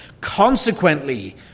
Consequently